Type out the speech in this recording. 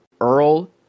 Earl